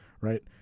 right